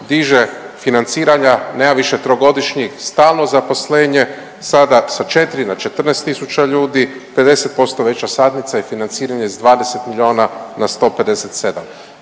diže financiranja, nema više trogodišnji stalno zaposlenje. Sada sa 4 na 14000 ljudi, 50% veća satnica i financiranje sa 20 milijuna na 157.